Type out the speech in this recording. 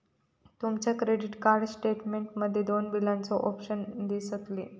तुमच्या credit card statement मध्ये दोन बिलाचे ऑप्शन दिसतले